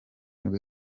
nibwo